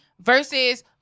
versus